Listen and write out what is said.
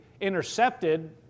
intercepted